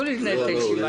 תנו לי לנהל את הישיבה,